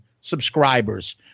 subscribers